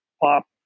Pop